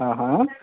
हा हा